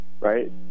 Right